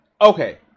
Okay